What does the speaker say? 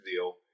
deal